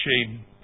shame